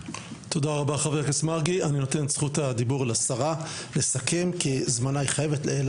תודה רבה אדוני ותודה רבה ליוזמים, זה דיון חשוב,